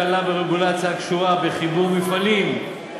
הקלה ברגולציה הקשורה בחיבור מפעלים,